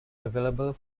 available